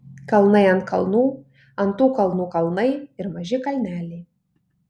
kalnai ant kalnų ant tų kalnų kalnai ir maži kalneliai